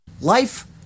Life